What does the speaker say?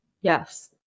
Yes